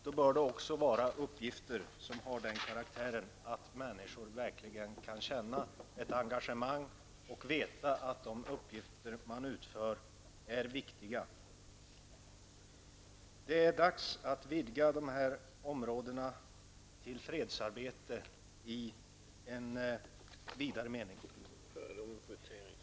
Då bör det också vara fråga om uppgifter som har den karaktären att människor verkligen kan känna ett engagemang och kan veta att de uppgifter som de utför är viktiga. Vidare är det dags att vidga de här områdena till att gälla ett fredsarbete i vidare mening.